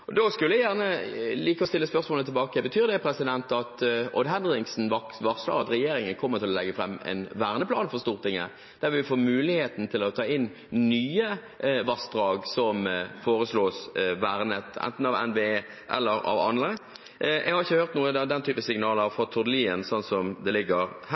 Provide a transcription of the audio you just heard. Da skulle jeg gjerne like å stille spørsmålet tilbake: Betyr det at Odd Henriksen varsler at regjeringen kommer til å legge fram en verneplan for Stortinget, der vi får muligheten til å ta inn nye vassdrag som foreslås vernet, enten av NVE eller av andre? Jeg har ikke hørt noe av den typen signaler fra Tord Lien, slik som det foreligger her.